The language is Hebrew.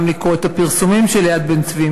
גם לקרוא את הפרסומים של יד בן-צבי,